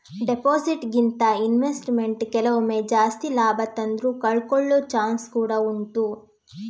deposit ಗಿಂತ investment ಕೆಲವೊಮ್ಮೆ ಜಾಸ್ತಿ ಲಾಭ ತಂದ್ರೂ ಕಳ್ಕೊಳ್ಳೋ ಚಾನ್ಸ್ ಕೂಡಾ ಉಂಟು